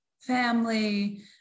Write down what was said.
family